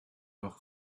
noch